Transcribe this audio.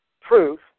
proof